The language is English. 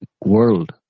world